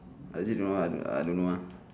legit no ah ah I don't know ah